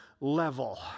level